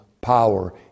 power